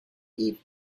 evening